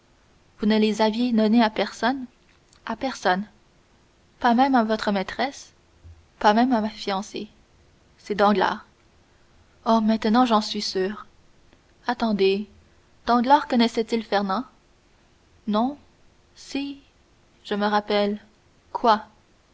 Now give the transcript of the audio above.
vous ne les aviez donnés à personne pas même à votre maîtresse pas même à ma fiancée c'est danglars oh maintenant j'en suis sûr attendez danglars connaissait-il fernand non si je me rappelle quoi